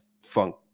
funk